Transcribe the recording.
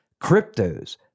cryptos